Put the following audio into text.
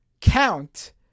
count